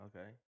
Okay